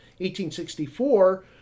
1864